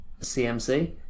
CMC